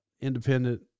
independent